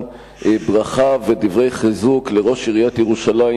ברכה ודברי חיזוק לראש עיריית ירושלים,